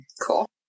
Cool